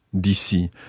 d'ici